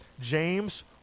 James